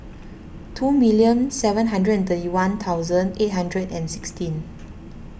two million seven hundred thirty one thousand eight hundred and sixteen